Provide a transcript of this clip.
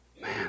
Man